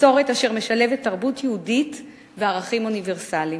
מסורת אשר משלבת תרבות יהודית וערכים אוניברסליים.